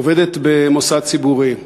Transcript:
עובדת במוסד ציבורי.